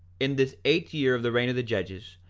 in this eighth year of the reign of the judges,